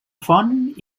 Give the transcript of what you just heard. font